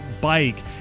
Bike